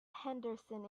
henderson